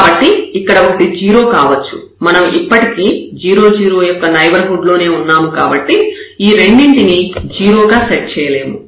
కాబట్టి ఇక్కడ ఒకటి 0 కావచ్చు మనం ఇప్పటికీ 0 0 యొక్క నైబర్హుడ్ లోనే ఉన్నాము కాబట్టి ఈ రెండింటిని 0 గా సెట్ చేయలేము